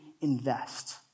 invest